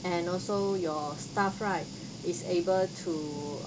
and also your staff right is able to